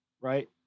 Right